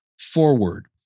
forward